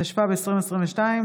התשפ"ב 2022,